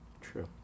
True